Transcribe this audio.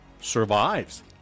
survives